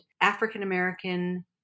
African-American